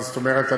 זאת אומרת,